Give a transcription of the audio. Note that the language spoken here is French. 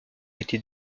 été